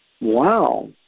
Wow